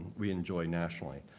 we enjoy nationally.